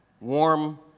warm